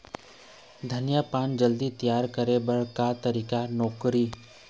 धनिया पान जल्दी तियार करे बर का तरीका नोकरी?